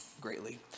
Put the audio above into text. greatly